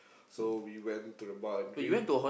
so we went to the bar and drink